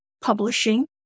publishing